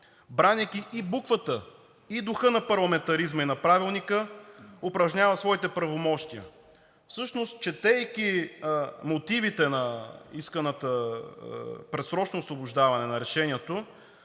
бранейки и буквата, и духа на парламентаризма и на Правилника, упражнява своите правомощия. Всъщност, четейки мотивите на искането за предсрочно освобождаване, се